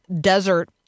desert